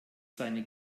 seine